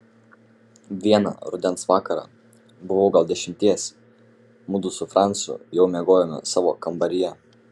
vieną rudens vakarą buvau gal dešimties mudu su francu jau miegojome savo kambaryje